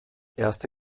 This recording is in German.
erste